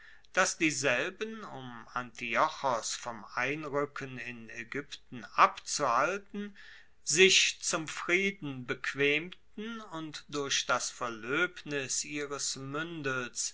dass dieselben um antiochos vom einruecken in aegypten abzuhalten sich zum frieden bequemten und durch das verloebnis ihres